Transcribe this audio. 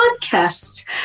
Podcast